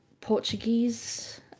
Portuguese